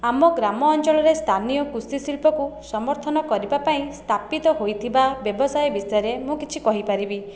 ଆମ ଗ୍ରାମ ଅଞ୍ଚଳରେ ସ୍ଥାନୀୟ କୃଷି ଶିଳ୍ପକୁ ସମର୍ଥନ କରିବା ପାଇଁ ସ୍ଥାପିତ ହୋଇଥିବା ବ୍ୟବସାୟ ବିଷୟରେ ମୁଁ କିଛି କହିପାରିବି